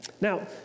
Now